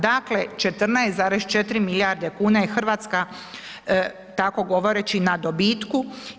Dakle 14,4 milijarde kuna je Hrvatska tako govoreći na dobitku.